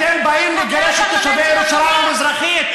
אתם, אתם באים לגרש את תושבי ירושלים המזרחית?